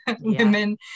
women